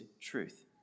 truth